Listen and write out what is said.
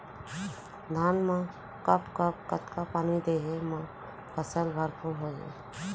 धान मा कब कब कतका पानी देहे मा फसल भरपूर होही?